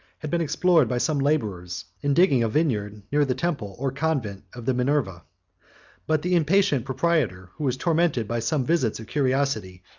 had been explored by some laborers in digging a vineyard near the temple, or convent, of the minerva but the impatient proprietor, who was tormented by some visits of curiosity,